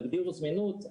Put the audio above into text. תגדירו זמינות,